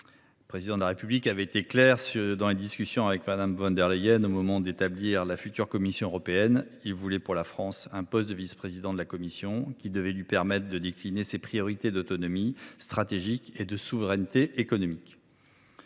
Le Président de la République avait été clair lors des discussions avec Mme von der Leyen au moment de constituer la future Commission européenne : il voulait pour la France un poste de vice président de la Commission, lequel devait lui permettre de décliner ses priorités en matière d’autonomie stratégique et de souveraineté économique.